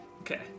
okay